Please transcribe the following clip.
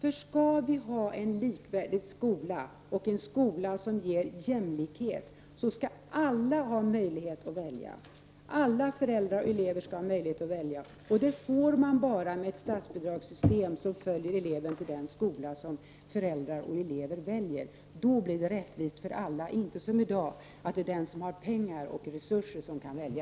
Om skolan skall vara likvärdig och ge jämlikhet skall alla föräldrar och elever ha möjlighet att välja, och det får de bara med ett statsbidragssystem som följer eleven till den skola som föräldrar och elev väljer. Då blir det rättvist för alla och inte som det är i dag, dvs. att det är den som har pengar och resurser som kan välja.